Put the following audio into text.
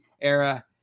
era